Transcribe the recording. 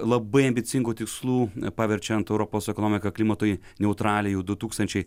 labai ambicingų tikslų paverčiant europos ekonomiką klimatui neutralią jau du tūkstančiai